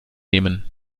nehmen